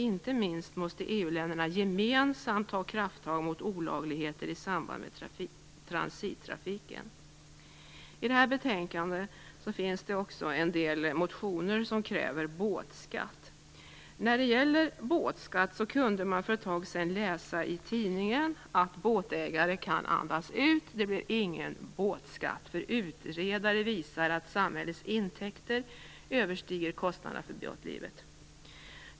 Inte minst måste EU länderna gemensamt ta krafttag mot olagligheter i samband med transittrafiken. I det här betänkandet behandlas också en del motioner i vilka man kräver en båtskatt. Vad gäller en båtskatt kunde man för ett tag sedan läsa i tidningen att båtägare kan andas ut och att det inte blir någon båtskatt, eftersom utredare har visat att samhällets intäkter överstiger kostnaderna för båtlivet.